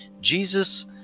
Jesus